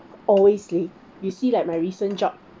always leh you see like my recent job